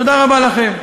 תודה רבה לכם.